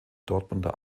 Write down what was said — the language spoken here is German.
dortmunder